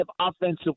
offensive